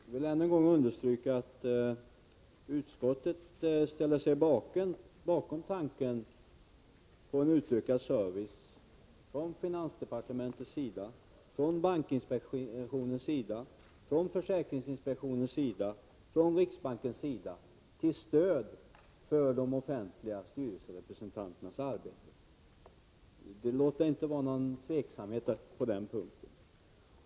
Herr talman! Jag vill än en gång understryka att utskottet ställt sig bakom tanken på en utökad service från finansdepartementets sida, från bankinspektionens och försäkringsinspektionens sida samt från riksbankens sida till stöd för de offentliga styrelserepresentanternas arbete. Låt det inte råda något tvivel på den punkten.